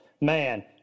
man